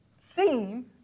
seem